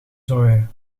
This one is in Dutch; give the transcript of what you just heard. zoë